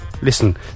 Listen